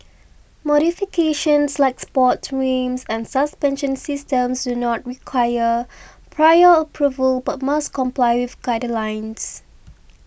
modifications like sports rims and suspension systems do not require prior approval but must comply with guidelines